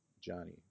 Johnny